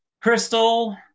crystal